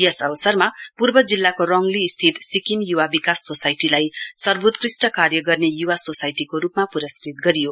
यस अवसरमा पूर्व जिल्लाको रोङली स्थित सिक्किम युवा विकास सोसाइटीलाई सवोत्कृष्ट कार्य गर्ने युवा सोसाइटीको रूपमा पुरस्कृत गरियो